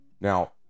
Now